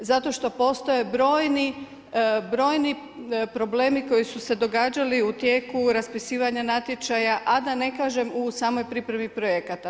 Zato što postoje brojni problemi koji su se događali u tijeku raspisivanja natječaja, a da ne kažem u samoj pripremi projekata.